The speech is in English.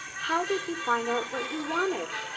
how did you find out what you wanted?